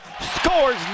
scores